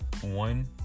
One